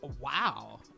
Wow